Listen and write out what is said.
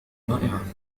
رائعة